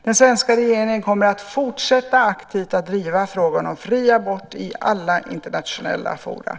Den svenska regeringen kommer att fortsätta driva frågan om fri abort aktivt i alla internationella forum.